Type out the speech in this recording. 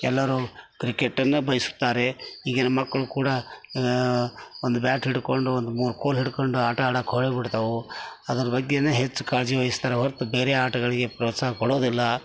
ಎಲ್ಲರೂ ಕ್ರಿಕೆಟನ್ನು ಬಯಸುತ್ತಾರೆ ಈಗಿನ ಮಕ್ಕಳು ಕೂಡ ಒಂದು ಬ್ಯಾಟ್ ಹಿಡ್ಕೊಂಡು ಒಂದು ಮೂರು ಕೋಲು ಹಿಡ್ಕೊಂಡು ಆಟ ಆಡೋಕ್ ಹೋಗಿಬಿಡ್ತಾವು ಅದ್ರ ಬಗ್ಗೆಯೇ ಹೆಚ್ಚು ಕಾಳಜಿ ವಹಿಸ್ತಾರೆ ಹೊರ್ತು ಬೇರೆ ಆಟಗಳಿಗೆ ಪ್ರೋತ್ಸಾಹ ಕೊಡೋದಿಲ್ಲ